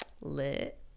Lit